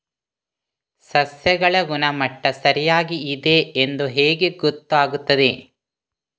ಸಸ್ಯಗಳ ಗುಣಮಟ್ಟ ಸರಿಯಾಗಿ ಇದೆ ಎಂದು ಹೇಗೆ ಗೊತ್ತು ಆಗುತ್ತದೆ?